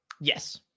Yes